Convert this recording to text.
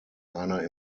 einer